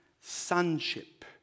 sonship